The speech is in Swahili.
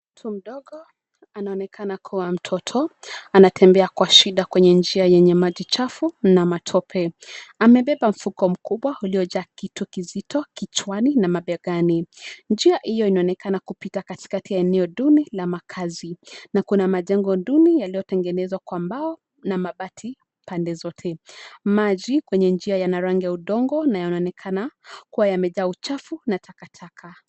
Mtu mdogo, anaonekana kuwa mtoto, anatembea kwa shida kwenye njia yenye maji chafu, na matope. Amebeba mfuko mkubwa uliojaa kitu kizito kichwani na mabegani. Njia hiyo inaonekana kupita katikati ya eneo duni la makazi, na kuna majengo duni yaliyotengenezwa kwa mbao na mabati pande zote. Maji kwenye njia yana rangi ya udongo na yanaonekana kuwa yamejaa uchafu na takataka.